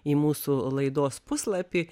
į mūsų laidos puslapį